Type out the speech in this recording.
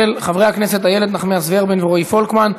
של חברי הכנסת איילת נחמיאס ורבין ורועי פולקמן.